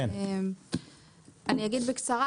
אגיד בקצרה.